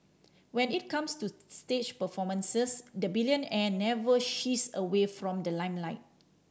when it comes to stage performances the billionaire never shies away from the limelight